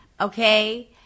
okay